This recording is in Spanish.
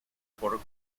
por